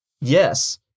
yes